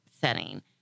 setting